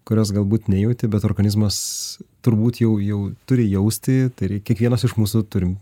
kurios galbūt nejauti bet organizmas turbūt jau jau turi jausti tai ir kiekvienas iš mūsų turim